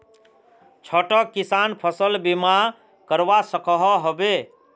छोटो किसान फसल बीमा करवा सकोहो होबे?